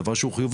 דבר שהוא חיובי,